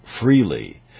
freely